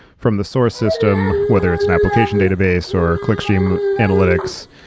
from the source system, whether it's an application database or click stream analytics,